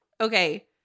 okay